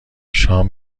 شام